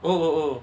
oh oh